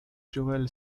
joel